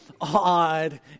odd